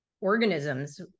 organisms